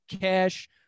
cash